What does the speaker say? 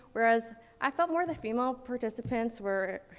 whereas i felt more the female participants were,